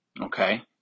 okay